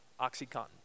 Oxycontin